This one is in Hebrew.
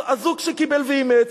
הזוג שקיבל ואימץ,